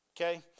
okay